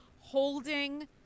holding